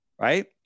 Right